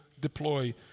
deploy